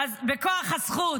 בכוח הזכות"?